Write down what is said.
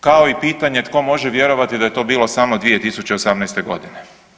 Kao i pitanje tko može vjerovati da je to bilo samo 2018. godine?